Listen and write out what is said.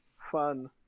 Fun